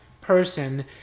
person